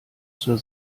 zur